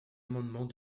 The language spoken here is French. amendement